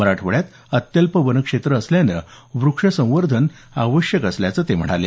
मराठवाड्यात अत्यल्प वनक्षेत्र असल्यानं वृक्ष संवर्धन आवश्यक असल्याचं ते म्हणाले